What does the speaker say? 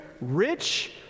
rich